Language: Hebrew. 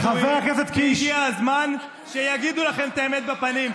כי הגיע הזמן שיגידו לכם את האמת בפנים.